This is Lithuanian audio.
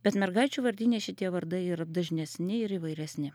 bet mergaičių vardyne šitie vardai yra dažnesni ir įvairesni